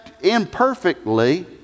imperfectly